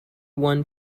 one